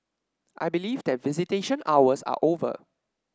I believe that visitation hours are over